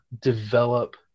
develop –